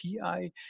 PI